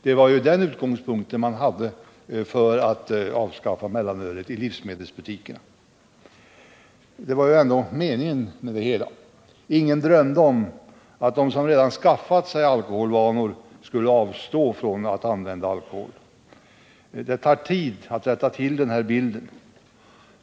Det var ju ändå det som var meningen med att vi avskaffade mellanölet i livsmedelsbutikerna. Ingen drömde om att de som redan skaffat sig alkoholvanor skulle avstå från att använda alkohol. Men det tar tid att rätta till den här bilden.